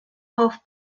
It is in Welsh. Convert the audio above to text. hoff